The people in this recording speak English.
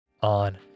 on